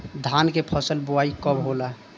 धान के फ़सल के बोआई कब होला?